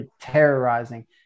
terrorizing